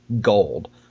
gold